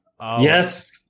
yes